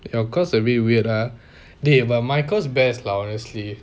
your course a bit weird ah dey my course is the best lah honestly